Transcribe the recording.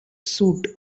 suit